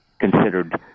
considered